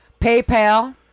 PayPal